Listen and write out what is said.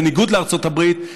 בניגוד לארצות הברית,